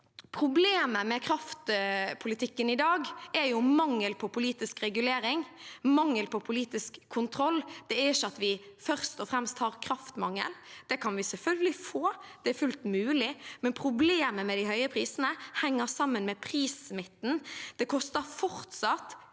Problemet med kraftpolitikken i dag er mangelen på politisk regulering og mangelen på politisk kontroll, ikke først og fremst kraftmangel. Det kan vi selvfølgelig få. Det er fullt mulig, men problemet med de høye prisene henger sammen med prissmitten. Det koster fortsatt under